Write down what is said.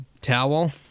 towel